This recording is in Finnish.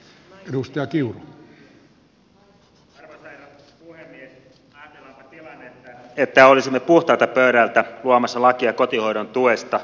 ajatellaanpa tilannetta että olisimme puhtaalta pöydältä luomassa lakia kotihoidon tuesta